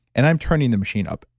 and i'm turning the machine up,